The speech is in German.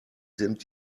sind